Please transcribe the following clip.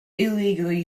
illegally